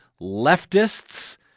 leftists